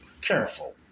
careful